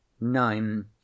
Nine